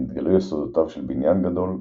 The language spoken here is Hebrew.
ונתגלו יסודותיו של בניין גדול,